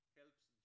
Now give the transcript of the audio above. helps